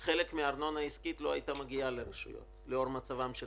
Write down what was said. חלק מהארנונה העסקית לא הייתה מגיעה לרשויות בשל מצבם של